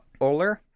Oler